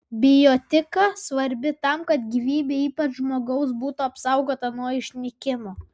bioetika svarbi tam kad gyvybė ypač žmogaus būtų apsaugota nuo išnykimo